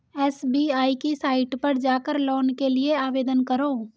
SBI की site पर जाकर लोन के लिए आवेदन करो